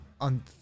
on